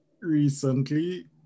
recently